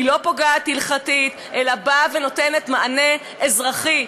היא לא פוגעת הלכתית אלא באה ונותנת מענה אזרחי,